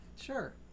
Sure